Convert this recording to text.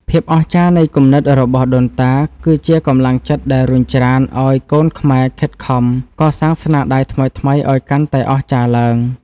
ភាពអស្ចារ្យនៃគំនិតរបស់ដូនតា គឺជាកម្លាំងចិត្តដែលរុញច្រានឱ្យកូនខ្មែរខិតខំកសាងស្នាដៃថ្មីៗឱ្យកាន់តែអស្ចារ្យឡើង។